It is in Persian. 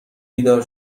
بیدار